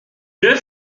deux